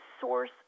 source